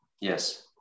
yes